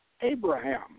Abraham